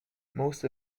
most